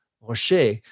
Rocher